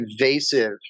invasive